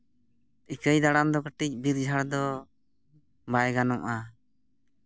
ᱤᱠᱟᱹᱭ ᱫᱟᱬᱟᱱ ᱫᱚ ᱠᱟᱹᱴᱤᱡ ᱵᱤᱨ ᱡᱷᱟᱲ ᱫᱚ ᱵᱟᱭ ᱜᱟᱱᱚᱜᱼᱟ